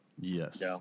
yes